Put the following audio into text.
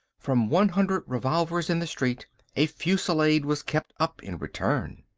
from one hundred revolvers in the street a fusillade was kept up in return.